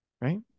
right